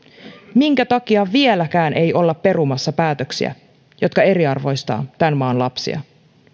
minkä takia vieläkään ei olla perumassa päätöksiä jotka eriarvoistavat tämän maan lapsia